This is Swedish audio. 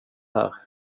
här